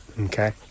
Okay